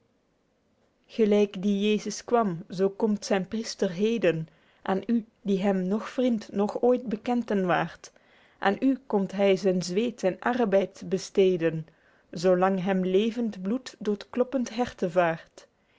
gelyk die jesus kwam zoo komt zyn priester heden aen u die hem noch vriend noch ooit bekend en waert aen u komt hy zyn zweet en arrebeid besteden zoo lang hem levend bloed door t kloppend herte vaert